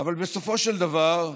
אבל בסופו של דבר,